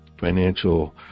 financial